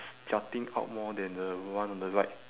it's jutting out more than the one on the right